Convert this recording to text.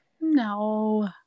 No